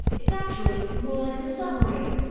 it's actually more like a submarine.